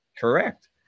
Correct